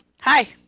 Hi